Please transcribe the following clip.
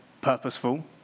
purposeful